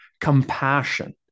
compassion